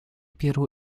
перу